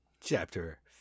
chapter